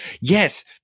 Yes